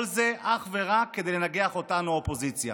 כל זה אך ורק כדי לנגח אותנו, האופוזיציה.